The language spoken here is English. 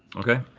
okay,